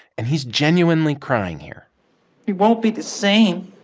and he's genuinely crying here it won't be the same